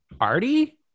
arty